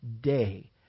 day